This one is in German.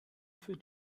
für